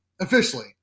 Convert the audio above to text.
officially